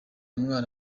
mwana